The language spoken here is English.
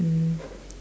and